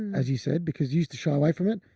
as you said, because you used to shy away from it.